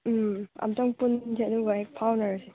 ꯎꯝ ꯑꯝꯇꯥꯡ ꯄꯨꯟꯁꯦ ꯑꯗꯨꯒ ꯍꯦꯛ ꯐꯥꯎꯅꯔꯁꯦ